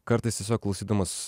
kartais tiesiog klausydamas